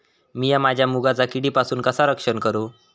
मीया माझ्या मुगाचा किडीपासून कसा रक्षण करू?